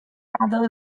other